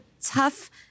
tough